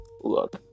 look